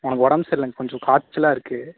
அவனுக்கு உடம் சரிலங்க கொஞ்சம் காய்ச்சலா இருக்கு